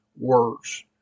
words